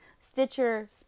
Stitcher